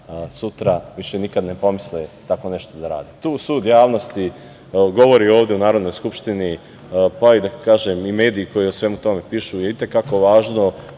sutra više nikad ne pomisle tako nešto da rade. Tu sud javnosti govori ovde u Narodnoj skupštini, pa hajde da kažem, i mediji koji o svemu tome pišu je i te kako važno,